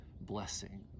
blessing